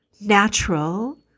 natural